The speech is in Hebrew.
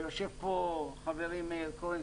ויושב פה חברי מאיר כהן,